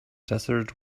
desert